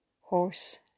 Horse